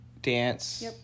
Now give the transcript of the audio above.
Dance